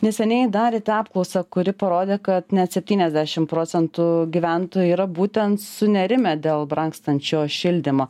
neseniai darėte apklausą kuri parodė kad net septyniasdešim procentų gyventojų yra būtent sunerimę dėl brangstančio šildymo